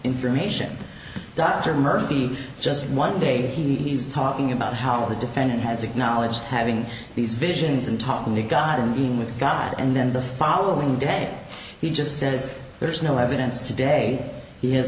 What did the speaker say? information dr murphy just one day he's talking about how the defendant has acknowledged having these visions and talking to god and being with god and then the following day he just says there's no evidence today he